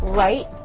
right